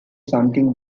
something